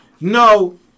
No